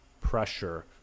pressure